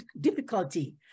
difficulty